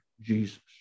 Jesus